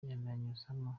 yananyuzagamo